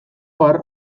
har